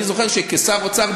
אני זוכר שכשר אוצר,